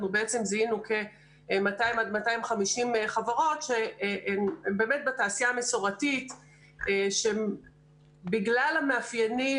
אנחנו זיהינו כ-200-250 חברות שהן בתעשייה המסורתית שבגלל המאפיינים